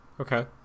okay